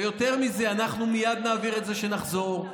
ויותר מזה, אנחנו מייד נעביר את זה כשנחזור.